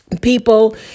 People